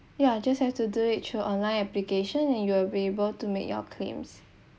ya just have to do it through online application and you will be able to make your claims